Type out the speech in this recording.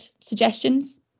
suggestions